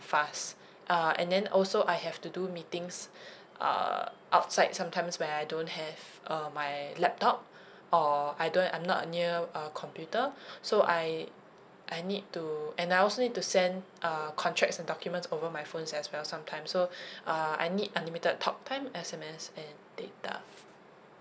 fast uh and then also I have to do meetings uh outside sometimes when I don't have uh my laptop or I don't I'm not near a computer so I I need to and I also need to send uh contracts and documents over my phone as well sometime so uh I need unlimited talk time S_M_S and data